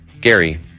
Gary